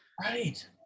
Right